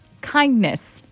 Kindness